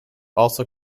also